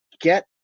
get